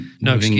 No